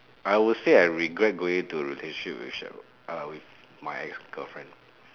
I will say I regret going into a relationship with Sheryl uh with my ex girlfriend